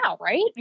right